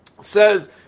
says